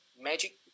magic